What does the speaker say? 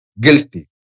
guilty